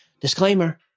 disclaimer